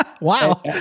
Wow